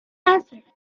answered